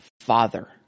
father